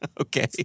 Okay